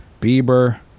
Bieber